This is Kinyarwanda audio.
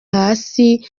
hasi